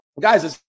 Guys